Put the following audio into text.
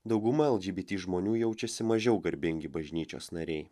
dauguma lgbt žmonių jaučiasi mažiau garbingi bažnyčios nariai